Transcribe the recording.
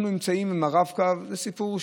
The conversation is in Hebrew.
אנחנו נמצאים עם הרב-קו, זה סיפור.